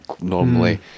normally